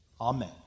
Amen